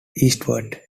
eastward